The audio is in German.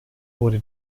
wurde